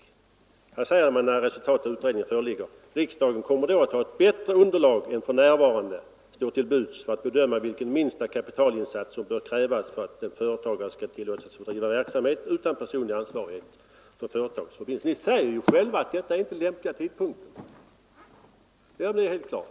I reservationen säger man: ”Riksdagen kommer då” — när resultaten av utredningens arbete föreligger — ”att ha ett bättre underlag än som för närvarande står till buds för att bedöma vilken minsta kapitalinsats som bör krävas för att en företagare skall tillåtas få driva verksamhet utan personlig ansvarighet för företagets förbindelser.” Ni säger ju själva att detta inte är den lämpliga tidpunkten — det är helt klart.